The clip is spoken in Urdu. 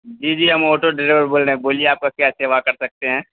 جی جی ہم آٹو ڈرائیور بول رہے ہیں بولیے آپ کا کیا سیوا کر سکتے ہیں